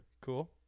Cool